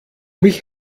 mich